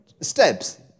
steps